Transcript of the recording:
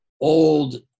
old